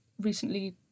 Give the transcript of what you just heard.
recently